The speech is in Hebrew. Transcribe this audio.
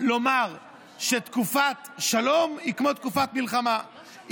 לומר שתקופת שלום היא כמו תקופת מלחמה,